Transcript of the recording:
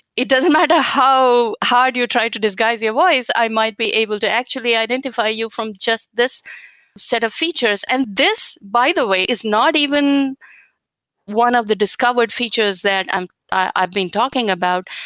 it doesn't matter how hard you try to disguise your voice, i might be able to actually identify you from just this set of features. and this, by the way, is not even one of the discovered features that i've been talking about.